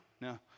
no